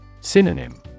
Synonym